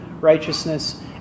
righteousness